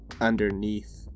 underneath